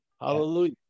hallelujah